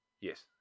Yes